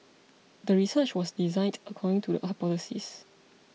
the research was designed according to the hypothesis